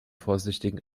vorsichtigem